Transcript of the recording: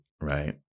Right